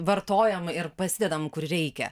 vartojam ir pasidedam kur reikia